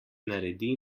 naredi